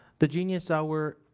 the genius hour,